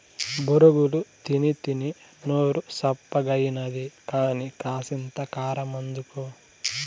బొరుగులు తినీతినీ నోరు సప్పగాయినది కానీ, కాసింత కారమందుకో